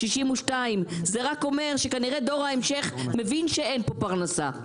62. זה רק אומר שכנראה דור ההמשך מבין שאין פה פרנסה.